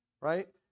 right